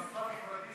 בכפר פוריידיס,